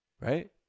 Right